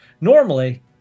normally